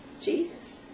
Jesus